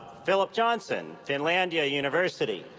philip johnson, finlandia university